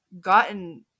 gotten